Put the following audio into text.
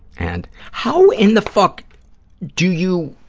and how in the fuck do you